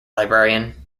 librarian